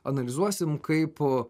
analizuosim kaip